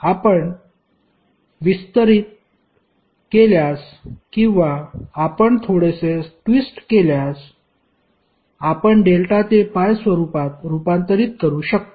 आपण विस्तरित केल्यास किंवा आपण थोडेसे ट्विस्ट केल्यास आपण डेल्टा ते पाय स्वरूपात रूपांतरित करू शकतो